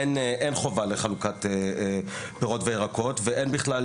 אין חובה לחלוקת פירות וירקות ואין בכלל,